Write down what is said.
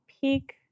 peak